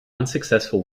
unsuccessful